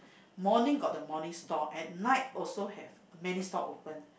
morning got the morning stall at night also have many stall open